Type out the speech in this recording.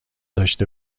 داشته